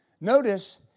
Notice